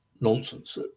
nonsense